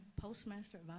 postmaster